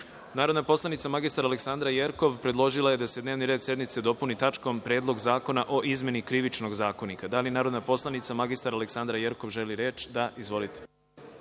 predlog. Narodna poslanica mr Aleksandra Jerkov predložila je da se dnevni red sednice dopuni tačkom – Predlog zakona o izmeni Krivičnog zakonika. Da li narodna poslanica mr Aleksandra Jerkov želi reč? (Da)Izvolite.